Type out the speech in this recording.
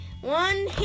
one